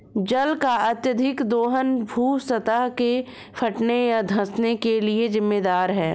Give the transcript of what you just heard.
जल का अत्यधिक दोहन भू सतह के फटने या धँसने के लिये जिम्मेदार है